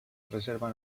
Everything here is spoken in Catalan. reserva